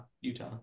Utah